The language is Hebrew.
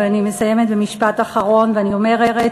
ואני מסיימת במשפט אחרון ואני אומרת: